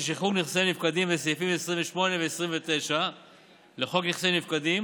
שחרור נכסי נפקדים בסעיפים 28 ו-29 לחוק נכסי נפקדים.